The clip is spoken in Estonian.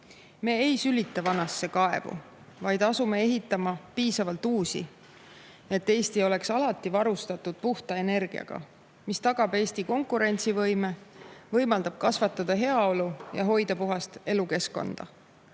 Me ei sülita vanasse kaevu, vaid asume ehitama piisavalt uusi, et Eesti oleks alati varustatud puhta energiaga, mis tagab Eesti konkurentsivõime, võimaldab kasvatada heaolu ja hoida puhast elukeskkonda.